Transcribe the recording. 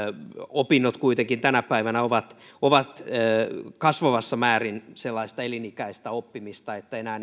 opinnot kuitenkin tänä päivänä ovat ovat kasvavassa määrin sellaista elinikäistä oppimista että enää